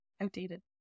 outdated